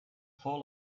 fall